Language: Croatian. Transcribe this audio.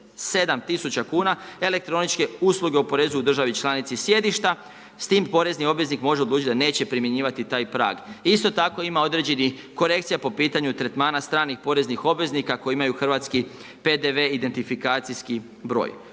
tisuća kuna elektroničke usluge oporezuju u državi članici sjedišta, s tim porezni obveznik može odlučiti da neće primjenjivati taj prag. Isto tako ima određenih korekcija po pitanju tretmana stranih poreznih obveznika koji imaju hrvatski PDV identifikacijski broj.